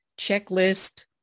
checklist